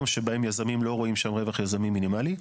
שבהם יזמים לא רואים שם רווח יזמי מינימלי.